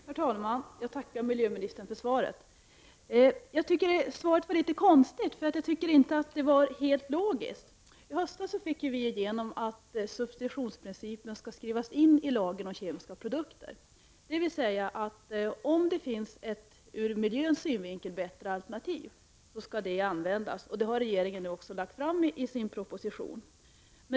Herr talman! Jag tackar miljöministern för svaret. Jag tycker dock att det var litet konstigt och inte helt logiskt. I höstas fick vi igenom att substitutionsprincipen skall skrivas in i lagen om kemiska produkter, vilket betyder att om det finns ett ur miljöns synvinkel bättre alternativ, skall detta användas. Regeringen har också i sin proposition lagt fram förslag härom.